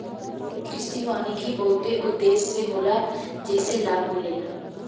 कृषि वानिकी बहुते उद्देश्य से होला जेइसे लाभ मिलेला